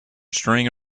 string